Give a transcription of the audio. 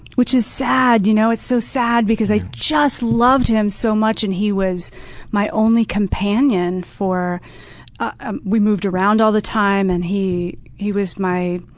which is sad, you know it's so sad, because i just loved him so much and he was my only companion for and we moved around all the time, and he he was my